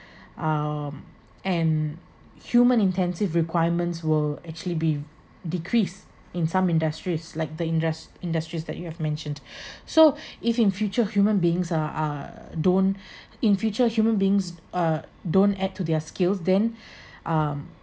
um and human intensive requirements will actually be decrease in some industries like the indus~ industries that you have mentioned so if in future human beings uh uh don't in future human beings uh don't add to their skills then um